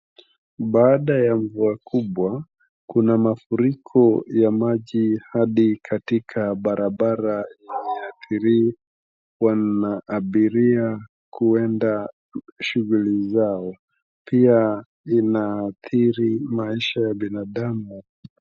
Baada ya mvua kubwa, kuna mafuriko ya maji hadi katika barabara inayoadhiriwa na abiria kuenda shughuli zao, pia inaadhiri maisha ya binadamu.